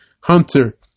hunter